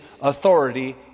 authority